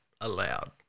allowed